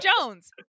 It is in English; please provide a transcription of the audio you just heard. Jones